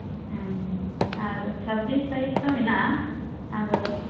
ᱟᱨ ᱪᱷᱟᱵᱵᱤᱥ ᱥᱟᱭᱤᱡ ᱦᱚᱸ ᱦᱮᱱᱟᱜᱼᱟ ᱟᱫᱚ